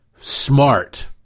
smart